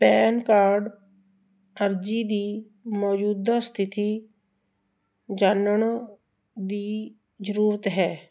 PAN card ਅਰਜੀ ਦੀ ਮੌਜੂਦਾ ਸਥਿਤੀ ਜਾਣਨ ਦੀ ਜ਼ਰੂਰਤ ਹੈ